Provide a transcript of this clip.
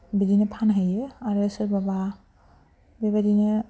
बिदिनो फानहैयो आरो सोरबाबा बेबायदिनो